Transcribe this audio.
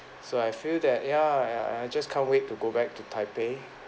so I feel that ya I just can't wait to go back to taipei